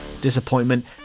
disappointment